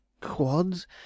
Quads